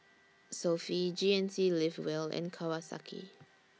Sofy G N C Live Well and Kawasaki